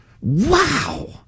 Wow